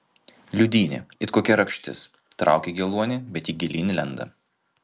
liūdynė it kokia rakštis trauki geluonį bet ji gilyn lenda